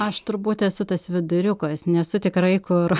aš turbūt esu tas viduriukas nesu tikrai kur